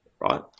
right